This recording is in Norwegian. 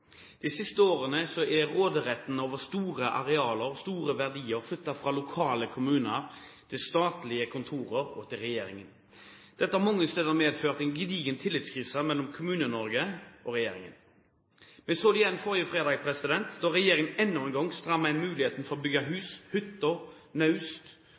De siste årene er råderetten over store arealer og store verdier flyttet fra lokale kommuner til statlige kontorer og til regjeringen. Dette har mange steder medført en gedigen tillitskrise mellom Kommune-Norge og regjeringen. Vi så det igjen forrige fredag da regjeringen enda en gang strammet inn for muligheten til å bygge hus, hytter, naust,